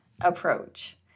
approach